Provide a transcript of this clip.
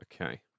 okay